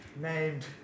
named